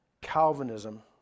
Calvinism